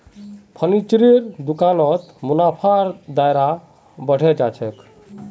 फर्नीचरेर दुकानत मुनाफार दायरा बढ़े जा छेक